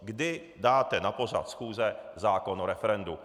Kdy dáte na pořad schůze zákon o referendu.